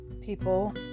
people